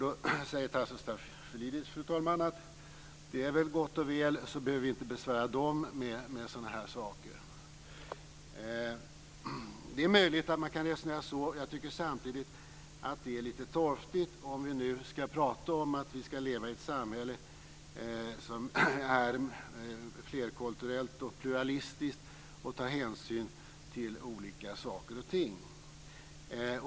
Då säger Tasso Stafilidis, fru talman, att det väl är gott och väl och att man då inte behöver besvära dem med sådana här saker. Det är möjligt att man kan resonera på det sättet. Jag tycker samtidigt att det är lite torftigt, om vi nu ska tala om att vi ska leva i ett samhälle som är flerkulturellt och pluralistiskt och ta hänsyn till olika saker.